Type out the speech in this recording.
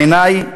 בעיני,